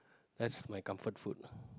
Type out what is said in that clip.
that's my comfort food